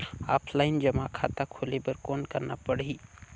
Offline जमा खाता खोले बर कौन करना पड़ही?